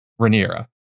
rhaenyra